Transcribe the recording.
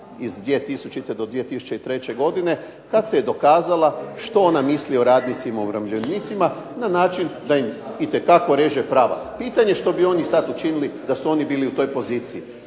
iz 2000. do 2003. godine kad se dokazala što ona misli o radnicima i umirovljenicima na način da im itekako reže prava. Pitanje je što bi oni sad učinili da su oni bili u toj poziciji.